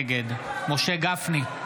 נגד משה גפני,